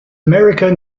america